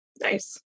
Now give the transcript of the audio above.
Nice